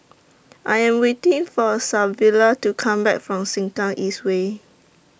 I Am waiting For Savilla to Come Back from Sengkang East Way